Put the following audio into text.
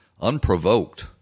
unprovoked